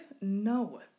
no